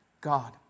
God